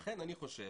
לכן אני חושב